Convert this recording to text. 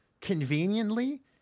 Conveniently